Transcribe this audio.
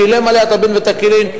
שילם עליה טבין ותקילין,